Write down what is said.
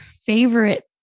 favorite